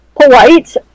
polite